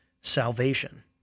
salvation